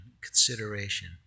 consideration